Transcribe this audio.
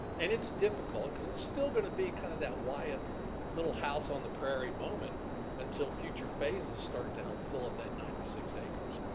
and it's difficult, cause it's still gonna be kinda kind of that wyeth little house on the prairie moment until future phases start to help fill up that ninety six acres.